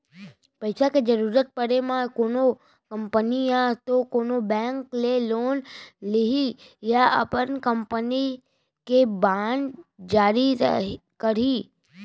पइसा के जरुरत पड़े म कोनो कंपनी या तो कोनो बेंक ले लोन लिही या अपन कंपनी के बांड जारी करही